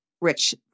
Rich